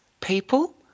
people